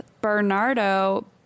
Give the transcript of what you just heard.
Bernardo